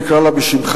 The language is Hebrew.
תקרא לה בשמך,